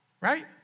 right